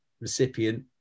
recipient